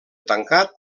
tancat